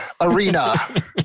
arena